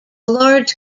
large